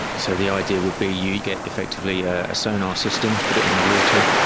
so the idea would be you get effectively a sonar system, put it in the water,